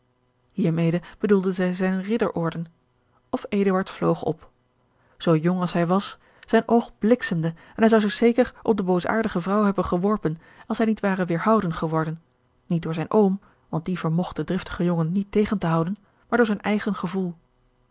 hiermede bedoelde zij zijne ridderorden of eduard vloog op zoo jong hij was zijn oog bliksemde en hij zou zich zeker op de boosaardige vrouw hebben geworpen als hij niet ware weêrhouden geworden niet door zijn oom want die vermogt den driftigen jongen niet tegen te houden maar door zijn eigen gevoel